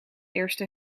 eerste